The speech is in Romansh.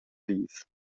dis